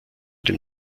dem